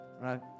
right